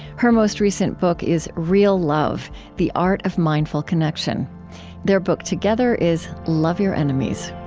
her most recent book is real love the art of mindful connection their book together is love your enemies